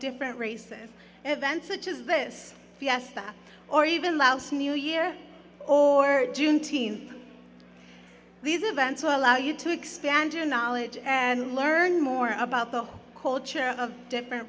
different races events such as this fiesta or even laos new year or june teen these events will allow you to expand your knowledge and learn more about the culture of different